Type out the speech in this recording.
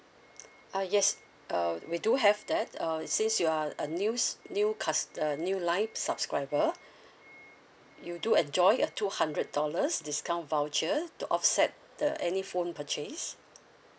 uh yes uh we do have that uh since you are a news new cust~ uh new line subscriber you do enjoy a two hundred dollars discount voucher to offset the any phone purchase